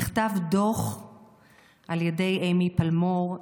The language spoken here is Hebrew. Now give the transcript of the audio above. נכתב דוח על ידי אמי פלמור,